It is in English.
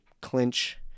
clinch